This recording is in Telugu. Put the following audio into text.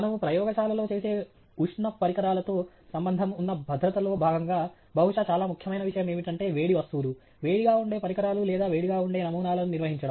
మనము ప్రయోగశాలలో చేసే ఉష్ణ పరికరాలతో సంబంధం ఉన్న భద్రతలో భాగంగా బహుశా చాలా ముఖ్యమైన విషయం ఏమిటంటే వేడి వస్తువులు వేడిగా ఉండే పరికరాలు లేదా వేడిగా ఉండే నమూనాలను నిర్వహించడం